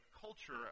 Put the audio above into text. culture